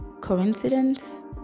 coincidence